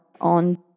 on